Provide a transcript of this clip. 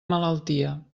malaltia